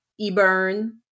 Eburn